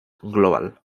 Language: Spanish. global